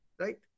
Right